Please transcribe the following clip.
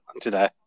today